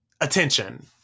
attention